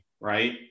right